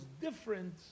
different